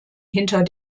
hinter